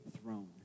throne